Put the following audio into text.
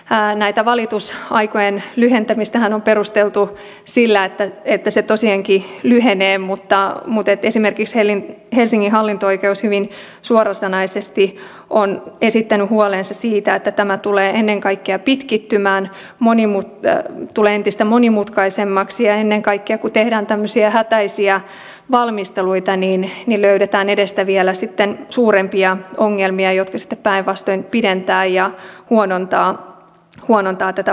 tätä valitusaikojen lyhentämistähän on perusteltu sillä että ne tosiaankin lyhenevät mutta esimerkiksi helsingin hallinto oikeus on hyvin suorasanaisesti esittänyt huolensa siitä että tämä tulee ennen kaikkea pitkittymään tulee entistä monimutkaisemmaksi ja ennen kaikkea kun tehdään tämmöisiä hätäisiä valmisteluita löydetään edestä vielä sitten suurempia ongelmia jotka sitten päinvastoin pidentävät ja huonontavat tätä valmistelutyötä